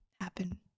happen